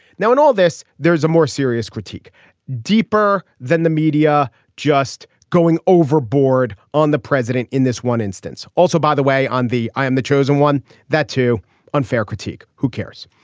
now in all this there is a more serious critique deeper than the media just going overboard on the president in this one instance. also by the way on the i am the chosen one that too unfair critique. who cares.